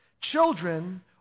Children